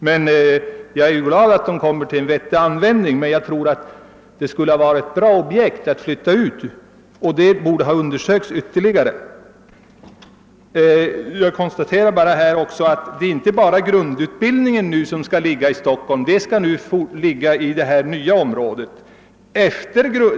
Det är bra att dessa får en vettig användning, men jag tror att polisutbildningen skulle ha varit ett bra objekt att flytta ut och att saken borde ha undersökts ytterligare. Jag konstaterar också att det inte bara är grundutbildningen som skall ligga i Stockholm, inom det nya området.